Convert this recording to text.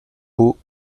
pots